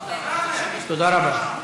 תודה רבה.